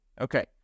Okay